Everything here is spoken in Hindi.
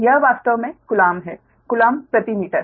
यह वास्तव में कूलम्ब है कूलम्ब प्रति मीटर